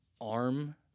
arm